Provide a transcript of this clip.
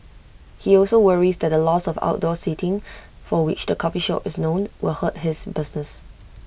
he also worries that the loss of outdoor seating for which the coffee shop is known will hurt his business